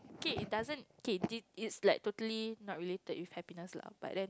okay it doesn't kay it's like totally not related with happiness lah but then